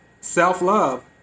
self-love